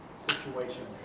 situation